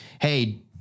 Hey